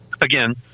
Again